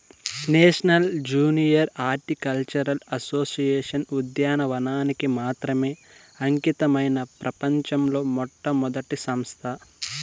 national junior horticultural association ఉద్యానవనానికి మాత్రమే అంకితమైన ప్రపంచంలో మొట్టమొదటి సంస్థ